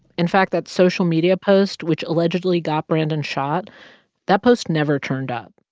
in fact, that social media post which allegedly got brandon shot that post never turned up.